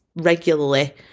regularly